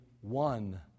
one